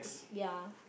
ya